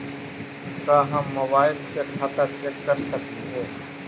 का हम मोबाईल से खाता चेक कर सकली हे?